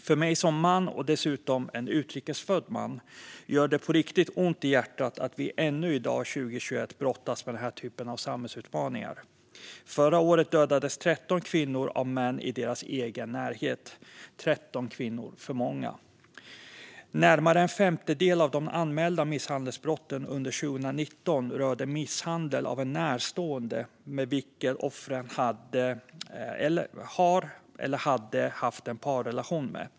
För mig som man, och dessutom en utrikesfödd man, gör det på riktigt ont i hjärtat att vi ännu i dag, 2021, brottas med denna typ av samhällsutmaningar. Förra året dödades 13 kvinnor av män i deras egen närhet. Det är 13 kvinnor för många. Närmare en femtedel av de anmälda misshandelsbrotten under 2019 rörde misshandel av en närstående med vilken offret har eller har haft en parrelation med.